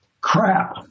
crap